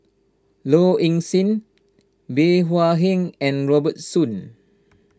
Low Ing Sing Bey Hua Heng and Robert Soon